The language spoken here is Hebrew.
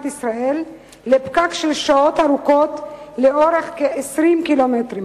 ישראל לפקק של שעות ארוכות לאורך כ-20 קילומטרים?